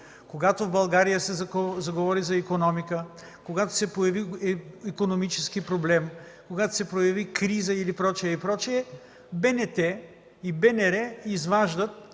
Когато в България се заговори за икономика, когато се появи икономически проблем, когато се появи криза или прочие, БНТ и БНР изваждат